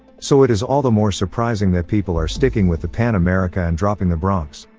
so it is all the more surprising that people are sticking with the pan america and dropping the bronx.